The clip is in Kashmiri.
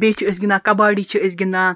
بیٚیہِ چھِ أسۍ گِنٛدان کَباڑی چھِ أسۍ گِنٛدان